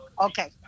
Okay